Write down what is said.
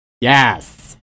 yes